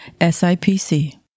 SIPC